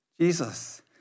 Jesus